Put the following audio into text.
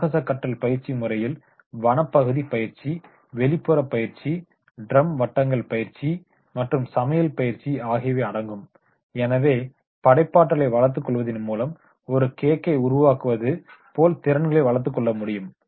சாகசக் கற்றல் பயிற்சி முறையில் வனப்பகுதி பயிற்சி வெளிப்புற பயிற்சி டிரம் வட்டங்கள் பயிற்சி மற்றும் சமையல் பயிற்சி ஆகியவை அடங்கும் எனவே படைப்பாற்றலை வளா்த்து கொள்வதின் மூலம் ஒரு கேக்கை உருவாக்குவது போல் திறன்களை வளா்த்து கொள்ளமுடியும்